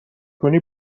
کنی